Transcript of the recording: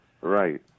Right